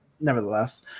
nevertheless